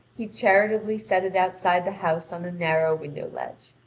he charitably set it outside the house on a narrow window-ledge.